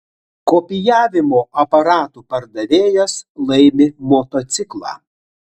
kopijavimo aparatų pardavėjas laimi motociklą